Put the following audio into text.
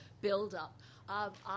build-up